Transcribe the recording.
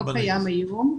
הוא לא קיים היום.